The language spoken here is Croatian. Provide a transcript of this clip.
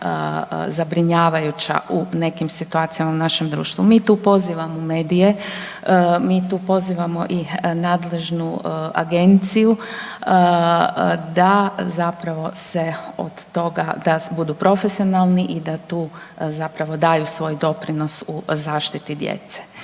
zabrinjavajuća u nekim situacijama u našem društvu. Mi tu pozivamo medije, mi tu pozivamo i nadležnu agenciju da se od toga da budu profesionalni i da tu daju svoj doprinos u zaštiti djece